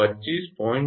86 25